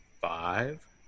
Five